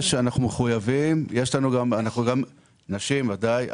אנחנו מחויבים, נשים ודאי.